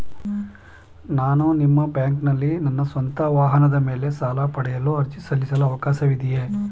ನಾನು ನಿಮ್ಮ ಬ್ಯಾಂಕಿನಲ್ಲಿ ನನ್ನ ಸ್ವಂತ ವಾಹನದ ಮೇಲೆ ಸಾಲ ಪಡೆಯಲು ಅರ್ಜಿ ಸಲ್ಲಿಸಲು ಅವಕಾಶವಿದೆಯೇ?